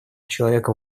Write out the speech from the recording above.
человека